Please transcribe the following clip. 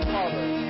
Father